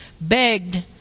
begged